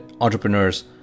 entrepreneurs